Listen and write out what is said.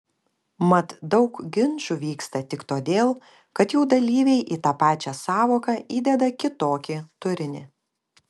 mat daug ginčų vyksta tik todėl kad jų dalyviai į tą pačią sąvoką įdeda kitokį turinį